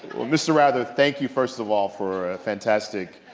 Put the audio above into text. well mr. rather, thank you first of all for a fantastic